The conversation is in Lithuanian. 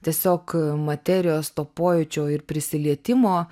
tiesiog materijos to pojūčio ir prisilietimo